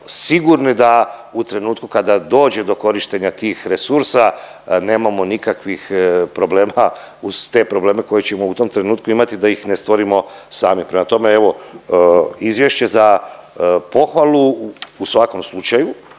sigurni da u trenutku kada dođe do korištenja tih resursa nemamo nikakvih problema uz te probleme koje ćemo u tom trenutku imati da ih ne stvorimo sami. Prema tome, evo izvješće za pohvalu u svakom slučaju